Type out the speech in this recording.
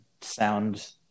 sound